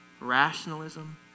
rationalism